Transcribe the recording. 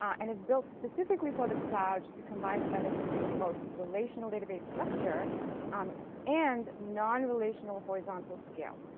and it's built specifically for the cloud to combine the benefits of both relational database structure um and non-relational horizontal scale.